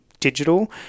digital